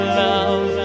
love